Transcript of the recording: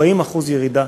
40% ירידה